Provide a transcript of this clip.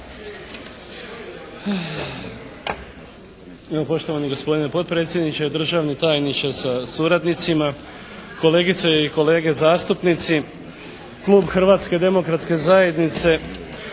poštovani gospodine potpredsjedniče, državni tajniče sa suradnicima, kolegice i kolege zastupnici. Klub Hrvatske demokratske zajednice